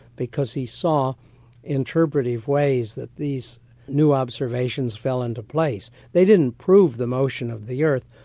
because he saw interpretative ways that these new observations fell into place. they didn't prove the motion of the earth,